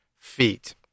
feet